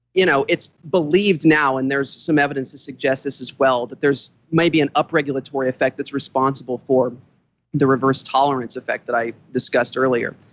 you know it's believed now, and there's some evidence to suggest this, as well that there may be an upregulatory effect that's responsible for the reverse tolerance effect that i discussed earlier.